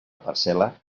parcel·la